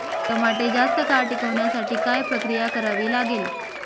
टमाटे जास्त काळ टिकवण्यासाठी काय प्रक्रिया करावी लागेल?